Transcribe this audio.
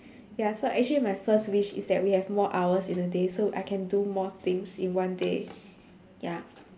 ya so actually my first wish is that we have more hours in a day so I can do more things in one day ya